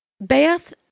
Beth